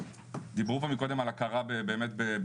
דיברו פה מקודם על הכרה בינלאומית,